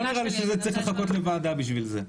לא נראה לי שצריך לחכות לוועדה בשביל זה.